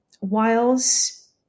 whilst